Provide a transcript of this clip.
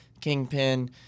Kingpin